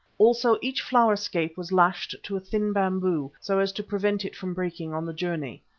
also each flower scape was lashed to a thin bamboo so as to prevent it from breaking on the journey.